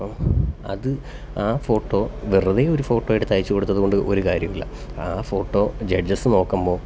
അപ്പോൾ അത് ആ ഫോട്ടോ വെറുതെ ഒരു ഫോട്ടോ എടുത്ത് അയച്ച് കൊടുത്തത് കൊണ്ട് ഒരു കാര്യവും ഇല്ല ആ ഫോട്ടോ ജഡ്ജസ് നോക്കുമ്പോൾ